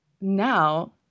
now